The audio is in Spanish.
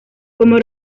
como